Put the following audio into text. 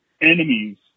enemies